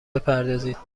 بپردازید